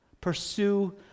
Pursue